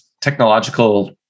technological